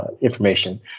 information